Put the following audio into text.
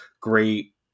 great